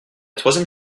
troisième